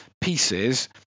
pieces